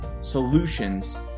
solutions